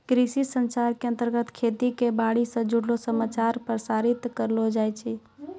कृषि संचार के अंतर्गत खेती बाड़ी स जुड़लो समाचार प्रसारित करलो जाय छै